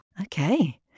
Okay